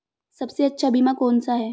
सबसे अच्छा बीमा कौनसा है?